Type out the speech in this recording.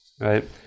right